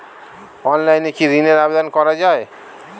অনলাইনে কি ঋণের আবেদন করা যায়?